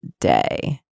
day